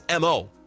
MO